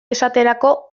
esaterako